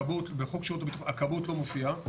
בחוק שירות הביטחון הכבאות לא מופיעה.